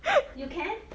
you can